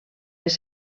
les